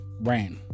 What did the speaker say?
ran